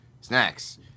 snacks